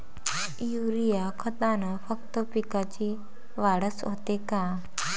Urea खतानं फक्त पिकाची वाढच होते का?